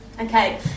Okay